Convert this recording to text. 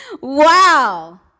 Wow